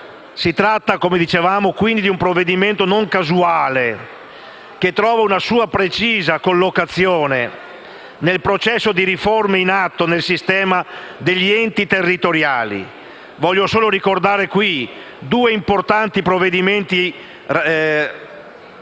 Si tratta di un provvedimento non casuale, che trova una sua precisa collocazione nel processo di riforma in atto del sistema degli enti territoriali. Voglio solo ricordare in questa sede due importanti provvedimenti,